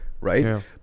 Right